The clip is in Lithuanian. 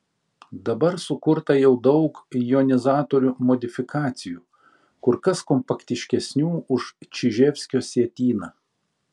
dabar sukurta jau daug jonizatorių modifikacijų kur kas kompaktiškesnių už čiževskio sietyną